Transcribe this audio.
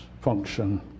function